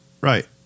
Right